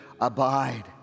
abide